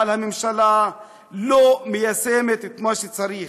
אבל הממשלה לא מיישמת את מה שצריך.